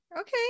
Okay